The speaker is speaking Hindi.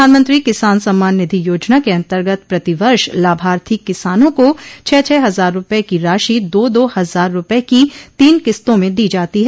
प्रधानमंत्री किसान सम्मान निधि योजना के अन्तर्गत प्रति वर्ष लाभार्थी किसानों को छह छह हजार रूपये को राशि दो दो हजार रूपये तीन किस्तों में दी जाती है